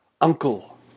Uncle